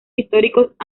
históricos